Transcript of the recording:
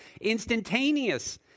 instantaneous